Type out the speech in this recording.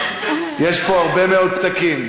יש פה הרבה מאוד פתקים.